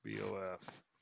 bof